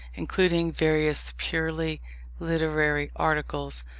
including various purely literary articles,